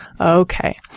Okay